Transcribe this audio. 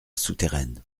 souterraine